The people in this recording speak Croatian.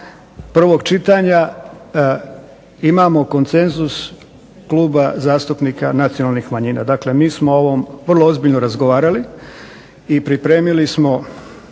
prvog čitanja, imamo konsenzus Kluba zastupnika nacionalnih manjina. Dakle, mi smo o ovom vrlo ozbiljno razgovarali i pripremili smo